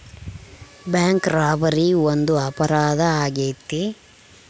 bank robbery ಒಂದು ಅಪರಾಧ ಆಗೈತೆ